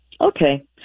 Okay